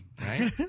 Right